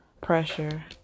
pressure